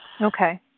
Okay